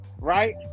right